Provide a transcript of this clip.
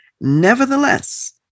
Nevertheless